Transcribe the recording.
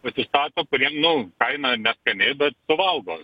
pasistato kurie nu kaina neskani bet suvalgo